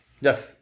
Yes